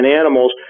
animals